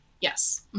yes